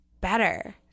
better